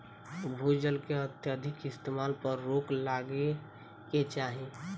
भू जल के अत्यधिक इस्तेमाल पर रोक लागे के चाही